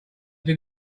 did